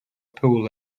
pool